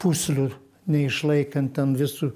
pūslių neišlaikant ten visų